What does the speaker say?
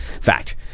fact